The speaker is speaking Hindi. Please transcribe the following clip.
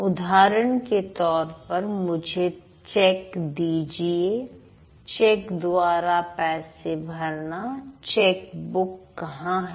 उदाहरण के तौर पर मुझे चैक दीजिए चैक द्वारा पैसे भरना चैक बुक कहां है